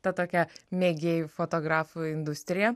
ta tokia mėgėjų fotografų industrija